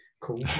cool